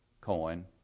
coin